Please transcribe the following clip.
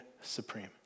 supreme